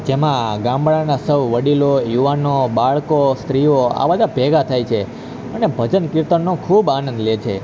જેમાં ગામડાના સૌ વડીલો યુવાનો બાળકો સ્ત્રીઓ આ બધા ભેગા થાય છે અને ભજન કિર્તનનો ખૂબ આનંદ લે છે